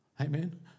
Amen